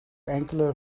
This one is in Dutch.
enkele